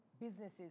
businesses